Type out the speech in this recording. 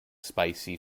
spicy